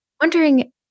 wondering